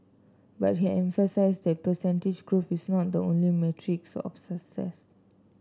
but he emphasised that percentage growth is not the only metric of success